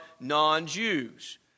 non-Jews